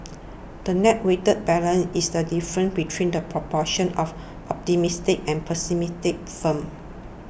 the net weighted balance is the difference between the proportion of optimistic and pessimistic firms